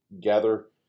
gather